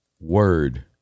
word